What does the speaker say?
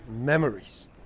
memories